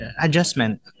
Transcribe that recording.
adjustment